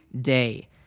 Day